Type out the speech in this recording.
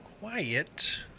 quiet